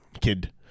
kid